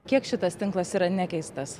kiek šitas tinklas yra nekeistas